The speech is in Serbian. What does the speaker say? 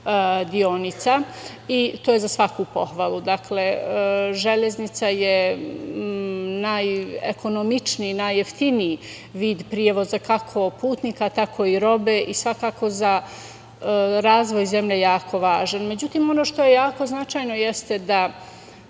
deonica. To je za svaku pohvalu. Železnica je najekonomičniji, najjeftiniji vid prevoza, kako putnika, tako i robe i svakako za razvoj zemlje je jako važna. Ono što je jako značajno jeste da